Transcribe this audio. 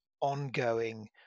ongoing